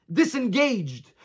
disengaged